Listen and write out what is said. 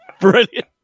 brilliant